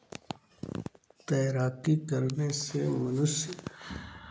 तैराकी करने से मनुष्य